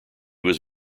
was